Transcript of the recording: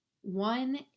One